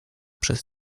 przed